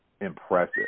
impressive